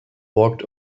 walked